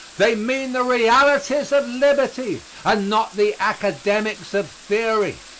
they mean the realities of liberty and not the academics of theory.